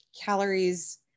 calories